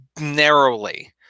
narrowly